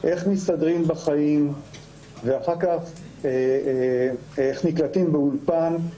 איך מסתדרים בחיים ואחר כך איך נקלטים באולפן.